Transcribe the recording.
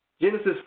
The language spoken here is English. Genesis